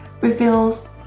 reveals